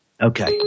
Okay